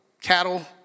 cattle